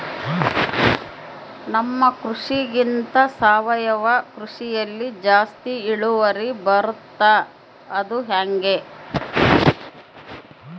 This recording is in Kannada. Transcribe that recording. ನಮ್ಮ ಕೃಷಿಗಿಂತ ಸಾವಯವ ಕೃಷಿಯಲ್ಲಿ ಜಾಸ್ತಿ ಇಳುವರಿ ಬರುತ್ತಾ ಅದು ಹೆಂಗೆ?